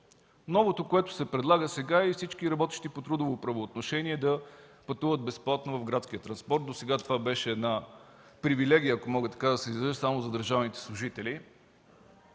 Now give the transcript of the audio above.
Новото, което се предлага сега, е всички работещи по трудово правоотношение да пътуват безплатно в градския транспорт. Досега това беше една привилегия, ако мога така да се изразя, само за държавните служители.